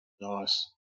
Nice